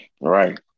Right